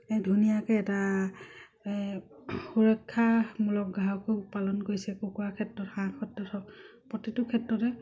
এই ধুনীয়াকে এটা সুৰক্ষামূলক গ্ৰাহকো পালন কৰিছে কুকুৰা ক্ষেত্ৰত হাঁহৰ ক্ষেত্ৰত হওক প্ৰতিটো ক্ষেত্ৰতে